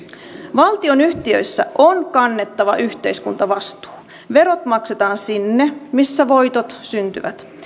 valtionyhtiöissä on kannettava yhteiskuntavastuu verot maksetaan sinne missä voitot syntyvät